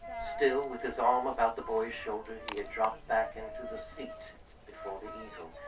still with his arm about the boy's shoulder, he had dropped back into the seat before the easel.